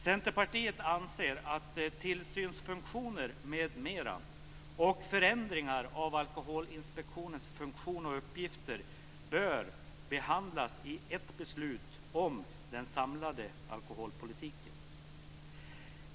Centerpartiet anser att tillsynsfunktioner m.m. och förändringar av Alkoholinspektionens funktion och uppgifter bör behandlas i ett beslut om den samlade alkoholpolitiken.